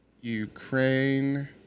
Ukraine